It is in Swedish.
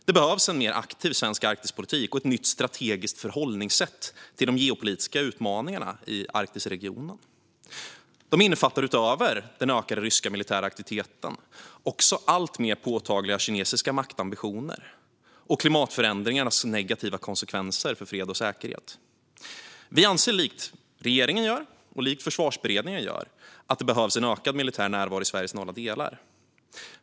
Det behövs en mer aktiv svensk Arktispolitik och ett nytt strategiskt förhållningssätt till de geopolitiska utmaningarna i regionen. De innefattar utöver ökad rysk militär aktivitet också alltmer påtagliga kinesiska maktambitioner och klimatförändringarnas negativa konsekvenser för fred och säkerhet. Vi anser i likhet med både regeringen och Försvarsberedningen att det behövs en ökad militär närvaro i Sveriges norra delar.